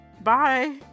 bye